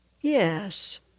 Yes